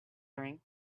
wearing